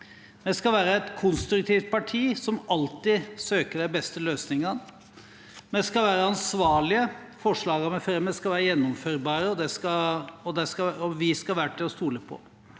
Vi skal være et konstruktivt parti som alltid søker de beste løsningene. – Vi skal være ansvarlige. Forslagene vi fremmer, skal være gjennomførbare, og vi skal være til å stole på.